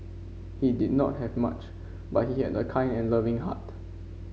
he did not have much but he had a kind and loving heart